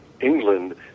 England